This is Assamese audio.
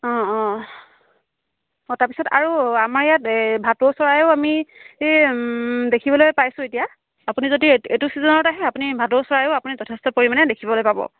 অঁ অঁ অঁ তাৰ পিছত আৰু আমাৰ ইয়াত এই ভাটৌ চৰাইও আমি এই দেখিবলৈ পাইছোঁ এতিয়া আপুনি যদি এইটো ছিজনত আহে আপুনি ভাটৌ চৰাইও আপুনি যথেষ্ট পৰিমাণে দেখিবলৈ পাব